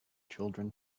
children